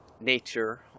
nature